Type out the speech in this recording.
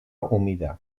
humida